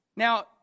Now